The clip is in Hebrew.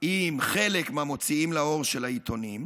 עם חלק מהמוציאים לאור של העיתונים,